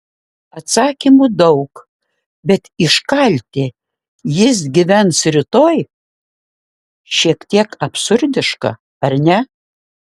atsakymų daug bet iškalti jis gyvens rytoj šiek tiek absurdiška ar ne